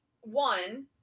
one